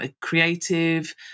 creative